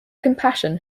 compassion